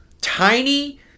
tiny